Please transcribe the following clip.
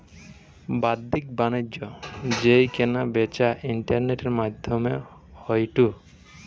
বাদ্দিক বাণিজ্য যেই কেনা বেচা ইন্টারনেটের মাদ্ধমে হয়ঢু